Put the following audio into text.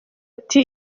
ati